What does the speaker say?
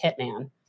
hitman